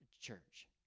church